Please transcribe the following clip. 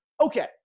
Okay